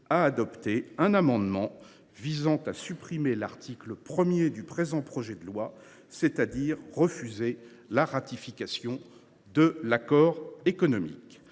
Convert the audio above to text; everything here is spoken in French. a adopté un amendement visant à supprimer l’article 1 du présent projet de loi, c’est à dire à refuser la ratification de l’accord économique.